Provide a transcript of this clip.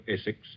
Essex